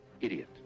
idiot